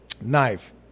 knife